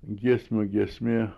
giesmių giesmė